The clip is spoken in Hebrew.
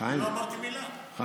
לא אמרתי מילה, הרב מאיר.